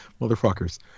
motherfuckers